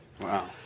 Wow